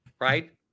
right